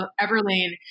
Everlane